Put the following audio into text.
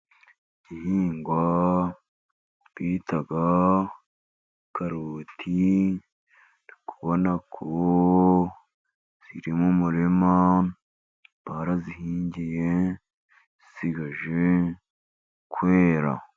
Igihingwa bita karoti uri kubona ko ziri mu murima barazihigiye zisigaje kwera.